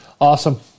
Awesome